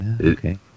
Okay